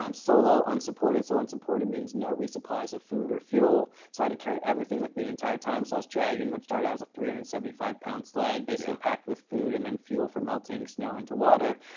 um solo, unsupported, so unsupported means no resupplies of food or fuel, so i had to carry everything with me the entire time. so i was dragging what started out as a three hundred and and seventy five pound sled basically packed with food and then fuel for melting snow into water.